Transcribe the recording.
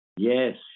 yes